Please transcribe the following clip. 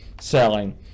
selling